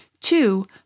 Two